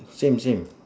same same